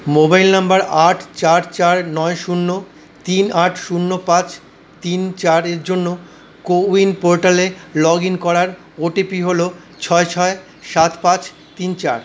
mobile number আট চার চার নয় শূন্য তিন আট শূন্য পাঁচ তিন চার এর জন্য কো উইন পোর্টালে লগ ইন করার ও টি পি হল ছয় ছয় সাত পাঁচ তিন চার